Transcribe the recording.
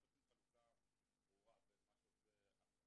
שהוא יצטרך להעיד אחרי כך בבית משפט ---